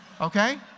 Okay